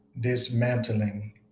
dismantling